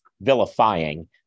vilifying